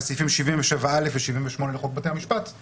סעיפים 77א ו-78 לחוק בתי המשפט התשמ"ד-1984,